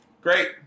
Great